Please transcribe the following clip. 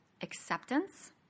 acceptance